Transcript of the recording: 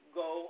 go